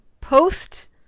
post